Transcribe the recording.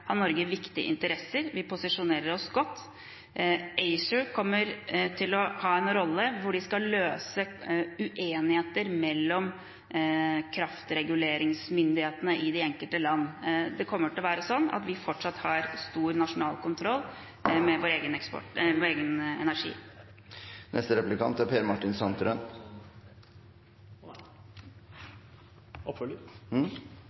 har Norge viktige interesser. Vi posisjonerer oss godt. ACER kommer til å ha en rolle, hvor de skal løse uenigheter mellom kraftreguleringsmyndighetene i de enkelte land. Det kommer til å være sånn at vi fortsatt har stor nasjonal kontroll med vår egen